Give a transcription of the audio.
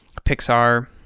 pixar